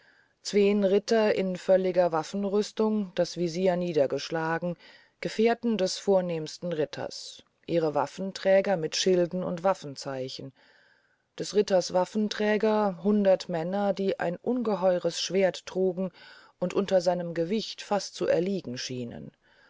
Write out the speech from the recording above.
zween ritter in völliger waffenrüstung das visir niedergeschlagen gefährten des vornehmsten ritters ihre waffenträger mit schilden und waffenzeichen des ritters waffenträger hundert männer die ein ungeheures schwerd trugen und unter seinem gewicht fast zu erliegen schienen